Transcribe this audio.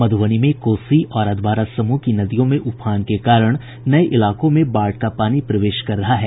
मधूबनी में कोसी और अधवारा समूह की नदियों में उफान के कारण नये इलाकों में बाढ़ का पानी प्रवेश कर रहा है